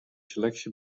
seleksje